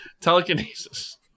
Telekinesis